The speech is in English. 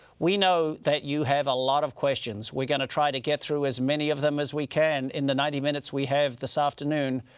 we know that you have a lot of questions. we're gonna try to get through as many of them as we can in the ninety minutes we have this afternoon.